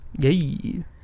Yay